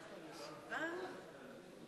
שפושעים הסתובבו עם אותות כבוד בסדום ועמורה,